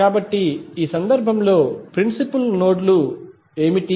కాబట్టి ఈ సందర్భంలో ప్రిన్సిపుల్ నోడ్ లు ఏమిటి